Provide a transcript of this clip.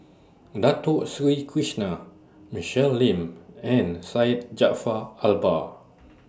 Dato Sri Krishna Michelle Lim and Syed Jaafar Albar